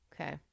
Okay